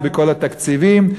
ובכל התקציבים.